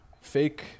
fake